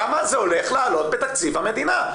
כמה זה הולך לעלות בתקציב המדינה?